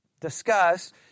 discuss